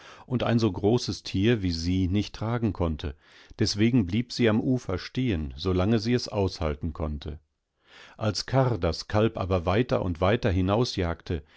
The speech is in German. dieelchkuhwußte daßdasmoorjetzt sobaldnachderschneeschmelzegrundloswarundeinso großes tier wie sie nicht tragen konnte deswegen blieb sie am ufer stehen solange sie es aushalten konnte als karr das kalb aber weiter und weiter